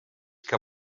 que